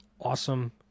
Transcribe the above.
awesome